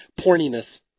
porniness